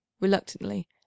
reluctantly